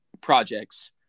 projects